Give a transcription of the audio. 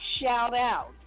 shout-out